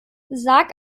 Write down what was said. sag